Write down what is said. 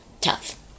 tough